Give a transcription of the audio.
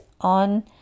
on